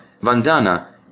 Vandana